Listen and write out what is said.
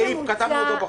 לא קשור אלינו בכלל.